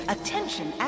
Attention